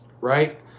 right